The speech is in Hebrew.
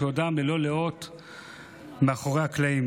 שעובדים מאחורי הקלעים